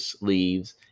leaves